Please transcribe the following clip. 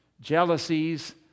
jealousies